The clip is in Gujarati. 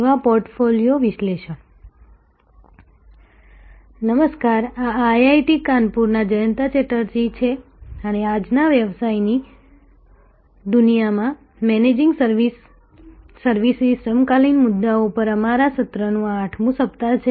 સેવા પોર્ટફોલિયો વિશ્લેષણ નમસ્કાર આ IIT કાનપુરના જયંતા ચેટર્જી છે અને આજના વ્યવસાયની દુનિયામાં મેનેજિંગ સર્વિસીસ સમકાલીન મુદ્દાઓ પરના અમારા સત્રનું આ 8મું સપ્તાહ છે